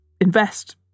Invest